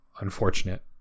unfortunate